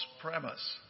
premise